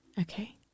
okay